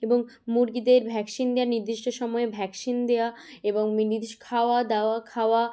এবং মুরগিদের ভ্যাকসিন দেওয়ার নির্দিষ্ট সময়ে ভ্যাকসিন দেওয়া এবং মি নির্দিষ্ট খাওয়া দাওয়া খাওয়া